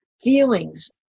feelings